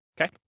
Okay